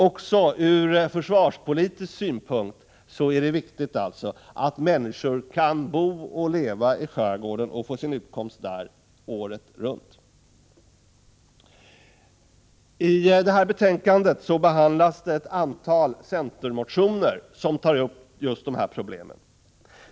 Också ur försvarspolitisk synpunkt är det alltså viktigt att människor kan bo och leva i skärgården och få sin utkomst där året runt. I arbetsmarknadsutskottets betänkande 13 behandlas ett antal centermotioner som tar upp just dessa problem.